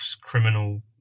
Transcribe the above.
criminal